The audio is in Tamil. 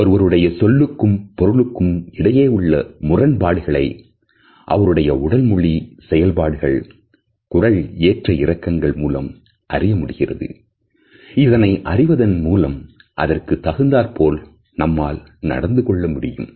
ஒருவருடைய சொல்லுக்கும் பொருளுக்கும் இடையே உள்ள முரண்பாடுகளை அவருடைய உடல் மொழி செயல்பாடுகள் குரல் ஏற்ற இறக்கங்கள் மூலம் அறியமுடிகிறது